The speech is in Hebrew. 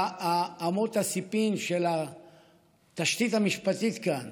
ואמות הסיפים של התשתית המשפטית כאן